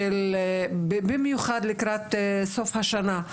ובמיוחד לקראת סוף השנה,